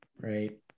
right